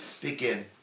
begin